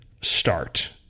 start